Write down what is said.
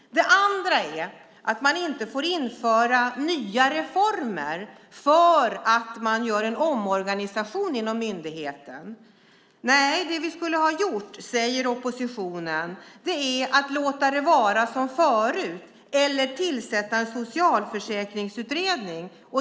Det andra är att man inte får införa nya reformer för att man gör en omorganisation inom myndigheten. Nej - det vi skulle ha gjort, säger oppositionen, är att låta det vara som förut eller tillsätta en socialförsäkringsutredning.